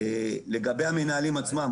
לגבי המנהלים עצמם,